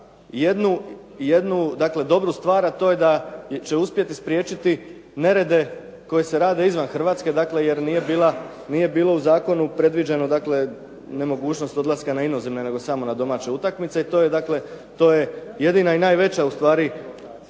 dakle dobru stvar a to je da će uspjeti spriječiti nerede koji se rade izvan Hrvatske jer nije bilo u zakonu predviđeno dakle nemogućnost odlaska na inozemne nego samo na domaće utakmice. To je jedina i najveća ustvari